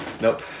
Nope